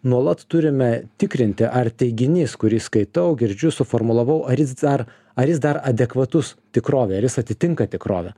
nuolat turime tikrinti ar teiginys kurį skaitau girdžiu suformulavau ar jis dar ar jis dar adekvatus tikrovei ar jis atitinka tikrovę